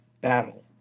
battle